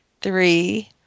three